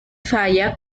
falla